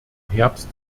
herbst